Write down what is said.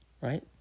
Right